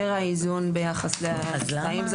זה יותר האיזון ביחס לתנאים,